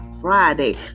Friday